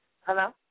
Hello